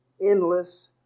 endless